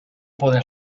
poden